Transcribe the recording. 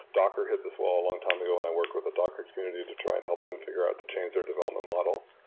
docker hit this wall a long time ago, and i worked with a docker community to try and help them figure out to change their development model.